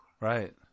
Right